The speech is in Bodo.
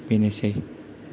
बेनोसै